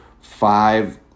five